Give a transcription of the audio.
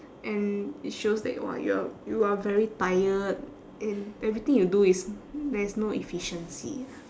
and it shows that !wah! you are you are very tired and everything you do is there is no efficiency